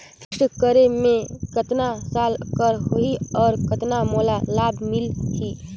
Fixed करे मे कतना साल कर हो ही और कतना मोला लाभ मिल ही?